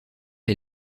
est